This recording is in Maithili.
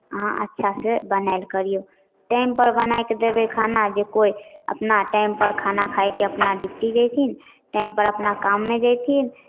अहाँ अच्छासँ बनायल करियौ टाइमपर बनाए कऽ देबै खाना जे कोइ अपना टाइमपर खाना खा कऽ अपना डिप्टी जयथिन टाइमपर अपना काममे जयथिन